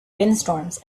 windstorms